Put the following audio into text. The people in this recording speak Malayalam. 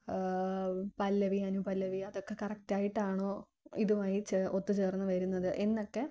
പല്ലവി അനുപല്ലവി അതൊക്കെ കറക്റ്റായിട്ട് ആണോ ഇതുമായി ഒത്തുചേർന്ന് വരുന്നത് എന്നൊക്കെ